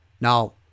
Now